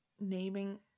naming